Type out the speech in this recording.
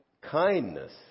kindness